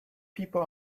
people